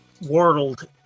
world